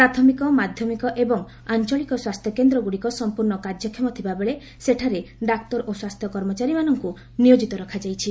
ପ୍ରାଥମିକ ମାଧ୍ୟମିକ ଏବଂ ଆଞ୍ଚଳିକ ସ୍ୱାସ୍ଥ୍ୟ କେନ୍ଦ୍ରଗୁଡିକ ସମ୍ପୂର୍ଣ୍ଣ କାର୍ଯ୍ୟକ୍ଷମ ଥିବାବେଳେ ସେଠାରେ ଡାକ୍ତର ଓ ସ୍ୱାସ୍ଥ୍ୟ କର୍ମଚାରୀମାନଙ୍କୁ ନିୟୋଜିତ ରଖାଯାଇଛି